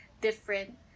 different